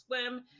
Swim